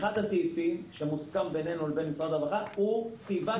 אחד הסעיפים שמוסכם בינינו לבין משרד הרווחה הוא כתיבת